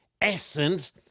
essence